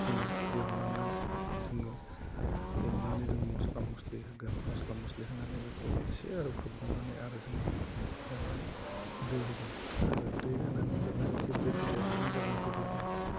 जोङो एवनांगोन जोङो एवनानै जोङो मस्ला मस्लि होगोन मस्ला मस्लि होनानै बेखौ एसे आरो खोबबावनानै आरो जोङो बेवहाय दै होगोन आरो दै होनानै जेब्लानोखि बे दैआ गुदुं जागोन गोदौगोन